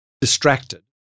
distracted